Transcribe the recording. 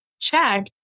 check